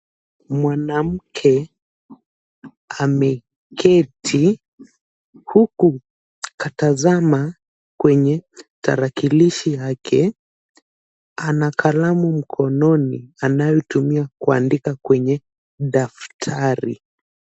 Mwanamke ameketi huku katazama kwenye tarakilishi yake. Ana kalamu mkononi anayoitumia kuandika kwenye daftari.